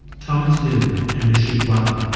thomas lu and lushik wahba.